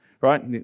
right